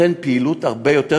נותן הרבה יותר פעילות,